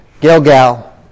Gilgal